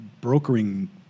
brokering